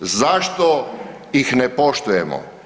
Zašto ih ne poštujemo?